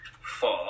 Four